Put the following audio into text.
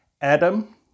Adam